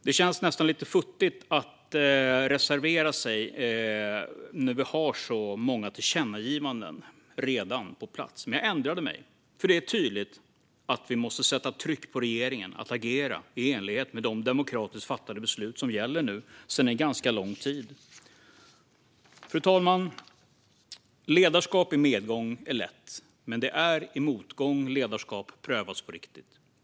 Det kändes först nästan lite futtigt att reservera sig när vi redan hade så många förslag om tillkännagivanden på plats, men jag ändrade mig. Det är nämligen tydligt att vi måste sätta tryck på regeringen att agera i enlighet med de demokratiskt fattade beslut som nu gäller sedan en ganska lång tid. Fru talman! Ledarskap i medgång är lätt. Men det är i motgång ledarskap prövas på riktigt.